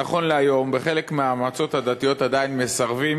נכון להיום, בחלק מהמועצות הדתיות עדיין מסרבים